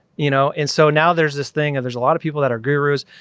you know? and so now there's this thing and there's a lot of people that are gurus.